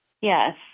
Yes